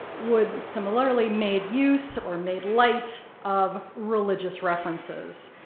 wood similarly made use or made light of religious references.